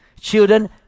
Children